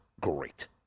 great